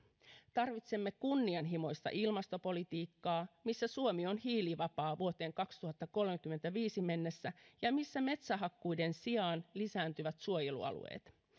tarvitsemme kunnianhimoista ilmastopolitiikkaa missä suomi on hiilivapaa vuoteen kaksituhattakolmekymmentäviisi mennessä ja missä metsähakkuiden sijaan lisääntyvät suojelualueet